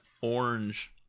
orange